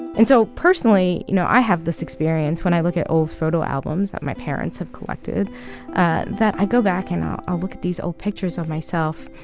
and so personally, you know, i have this experience when i look at old photo albums that my parents have collected ah that i go back and i'll i'll look at these old pictures of myself